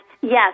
yes